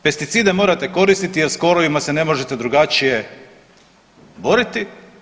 Pesticide morate koristiti jer sa korovima se ne možete drugačije boriti.